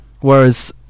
whereas